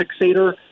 fixator